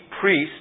priest